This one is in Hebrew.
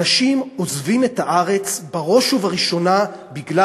אנשים עוזבים את הארץ בראש ובראשונה בגלל